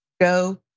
go